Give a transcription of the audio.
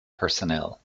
personnel